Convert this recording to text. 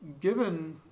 given